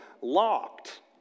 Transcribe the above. locked